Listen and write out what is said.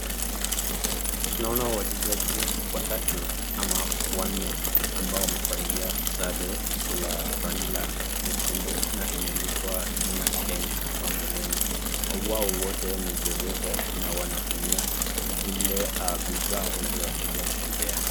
Tunaona wachezaji watatu ama wanne ambao wamevalia sare la rangi la nyekundu na imeandikwa jina Kenya hapa mbeleni. Hao wote ni viwete na wanatumia vile vinavyowasaidia kutembea.